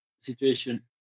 situation